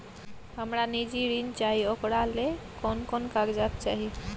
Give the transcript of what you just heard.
हमरा निजी ऋण चाही ओकरा ले कोन कोन कागजात चाही?